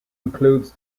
includes